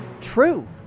true